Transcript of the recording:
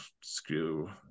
screw